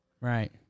Right